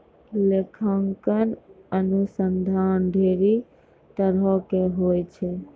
लेखांकन अनुसन्धान ढेरी तरहो के होय छै